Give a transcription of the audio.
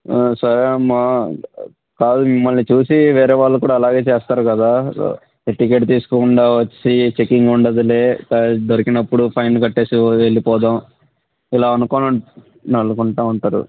సరే అమ్మ కాదు మిమ్మల్ని చూసి వేరే వాళ్ళు కూడా అలాగే చేస్తారు కదా టికెట్ తీసుకోకుండా వచ్చి చెక్కింగ్ ఉండదులే దొరికినప్పుడు ఫైన్ కట్టేసి వెళ్ళిపోదాం ఇలా అనుకోని అనుకుంటూ ఉంటారు